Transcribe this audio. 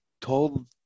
told